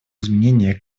изменения